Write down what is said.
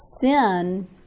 Sin